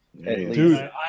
Dude